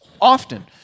often